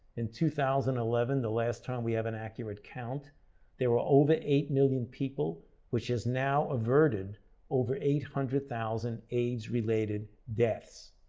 in two thousand and eleven the last time we have an accurate count there were over eight million people which has now averted over eight hundred thousand aids-related deaths.